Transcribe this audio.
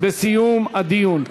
בסיום הדיון.